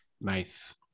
Nice